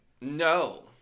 No